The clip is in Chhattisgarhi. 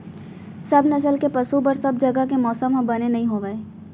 सब नसल के पसु बर सब जघा के मौसम ह बने नइ होवय